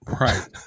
Right